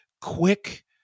quick